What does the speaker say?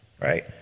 right